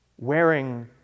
wearing